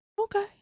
okay